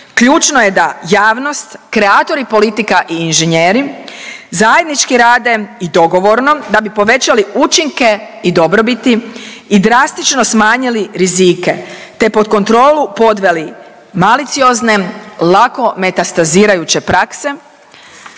ključno je da javnost, kreatori politika i inženjeri zajednički rade i dogovorno da bi povećali učinke i dobrobiti i drastično smanjili rizike te pod kontrolu podveli maliciozne, lako metastazirajuće prakse,